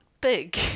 big